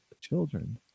children